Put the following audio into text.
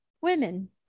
Women